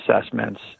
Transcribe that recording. assessments